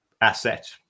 asset